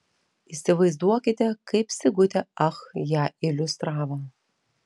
įsivaizduokite kaip sigutė ach ją iliustravo